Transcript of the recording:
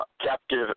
captive